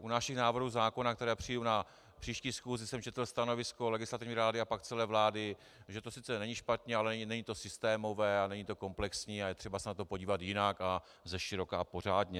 U našich návrhů zákona, které přijdou na příští schůzi, jsem četl stanovisko Legislativní rady a pak celé vlády, že to sice není špatné, ale není to systémové, není to komplexní a je třeba se na to podívat jinak a zeširoka a pořádně.